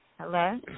Hello